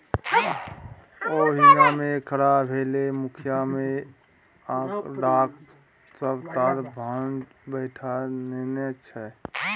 ओहिना नै खड़ा भेलै मुखिय मे आंकड़ाक सभ ताल भांज बैठा नेने छल